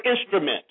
instrument